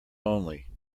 only